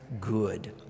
good